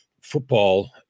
football